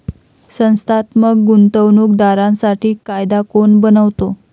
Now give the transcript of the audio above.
संस्थात्मक गुंतवणूक दारांसाठी कायदा कोण बनवतो?